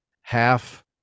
half